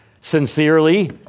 sincerely